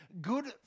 good